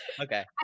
okay